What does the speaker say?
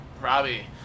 Robbie